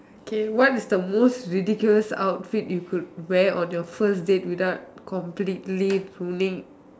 K what is the most ridiculous outfit you could wear on the first day without completely grooming